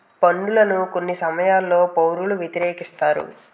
పన్నులను కొన్ని సమయాల్లో పౌరులు వ్యతిరేకిస్తారు